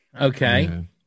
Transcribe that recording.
Okay